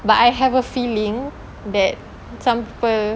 but I have a feeling that some people